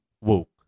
woke